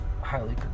Highly